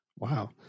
Wow